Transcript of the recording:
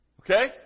Okay